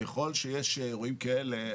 ככל שיש אירועים כאלה,